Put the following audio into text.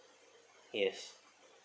yes